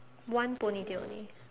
one Pony tail only